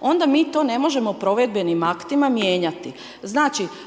onda mi to ne možemo provedbenim aktima mijenjati. Znači,